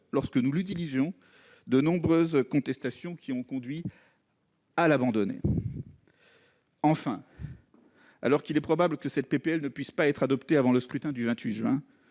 lorsque nous l'utilisions, fut vecteur de nombreuses contestations, qui ont conduit à l'abandonner. Enfin, alors qu'il est probable que cette proposition de loi ne puisse être adoptée avant le scrutin du 28 juin